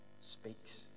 speaks